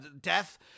death